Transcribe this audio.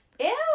Ew